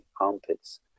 armpits